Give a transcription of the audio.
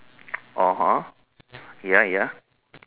(uh huh) ya ya